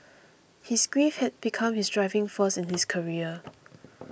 his grief had become his driving force in his career